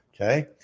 Okay